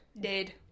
Dead